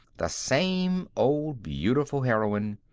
the same old beautiful heroine.